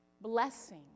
Blessing